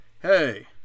hey